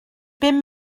bum